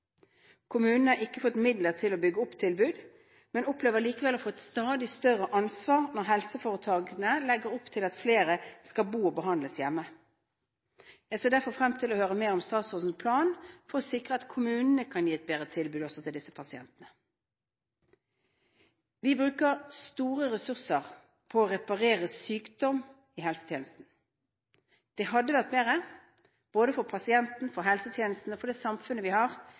har ikke fått midler til å bygge opp tilbud, men opplever likevel å få et stadig større ansvar når helseforetakene legger opp til at flere skal bo og behandles hjemme. Jeg ser derfor frem til å høre mer om statsrådens plan for å sikre at kommunene kan gi et bedre tilbud også til disse pasientene. Vi bruker store ressurser på å reparere sykdom i helsetjenesten. Det hadde vært bedre både for pasienten, for helsetjenesten og for det samfunnet vi har,